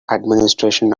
administration